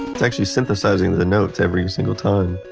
it's actually synthesizing the the notes every single time.